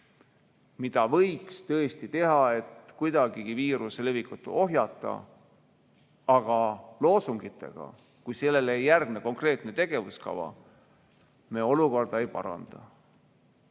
Seda võiks tõesti teha, et kuidagigi viiruse levikut ohjeldada. Aga loosungitega, kui neile ei järgne konkreetne tegevuskava, me olukorda ei paranda.